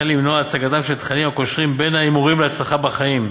וכן למנוע הצגת תכנים הקושרים הימורים להצלחה בחיים,